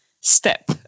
step